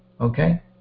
okay